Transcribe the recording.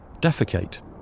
defecate